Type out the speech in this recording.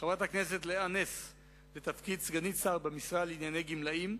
חברת הכנסת לאה נס לתפקיד סגנית שר במשרד לענייני גמלאים,